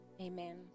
Amen